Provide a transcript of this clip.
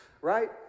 right